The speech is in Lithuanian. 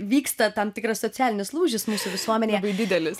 vyksta tam tikras socialinis lūžis mūsų visuomenėje didelis